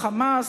"חמאס".